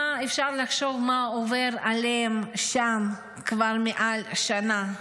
אפשר לחשוב מה עובר עליהם שם כבר מעל שנה.